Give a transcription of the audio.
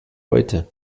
heute